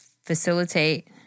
facilitate